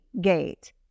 gate